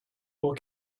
will